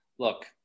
Look